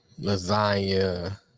Lasagna